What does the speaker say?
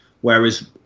Whereas